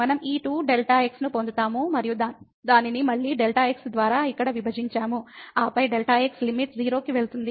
మనం ఈ 2Δx ను పొందుతాము మరియు దానిని మళ్ళీ Δx ద్వారా ఇక్కడ విభజించాము ఆపై Δx లిమిట్ 0 కి వెళుతుంది